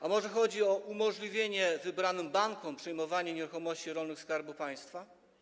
A może chodzi o umożliwienie wybranym bankom przejmowania nieruchomości rolnych Skarbu Państwa?